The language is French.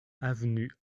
avenue